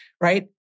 right